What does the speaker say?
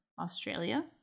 australia